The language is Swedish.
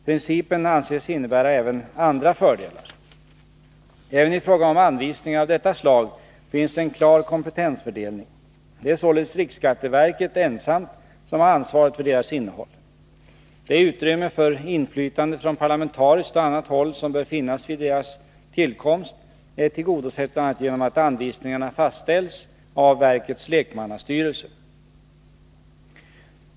Principen anses innebära även andra fördelar. Även i fråga om anvisningar av detta slag finns en klar kompetensfördelning. Det är således riksskatteverket ensamt som har ansvaret för deras innehåll. Det utrymme för inflytande från parlamentariskt och annat håll som bör finnas vid deras tillkomst är tillgodosett bl.a. genom att anvisningarna fastställs av verkets lekmannastyrelse.